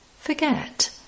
Forget